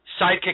Sidekick